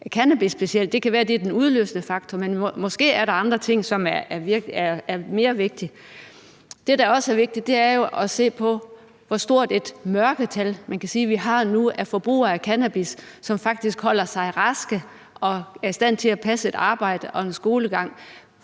cannabis. Det kan være, at det er den udløsende faktor, men måske er der andre ting, som er mere vigtige. Det, der også er vigtigt, er jo at se på, hvor stort et mørketal man kan sige vi nu har i forhold til forbrugere af cannabis, som faktisk holder sig raske, og som er i stand til at passe et arbejde og en skolegang,